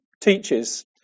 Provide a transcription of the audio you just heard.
teaches